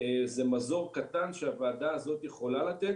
זה מזור קטן שהוועדה הזאת יכולה לתת.